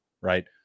right